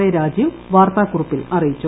A Rajeev വാർത്താ കുറിപ്പിൽ അറിയിച്ചു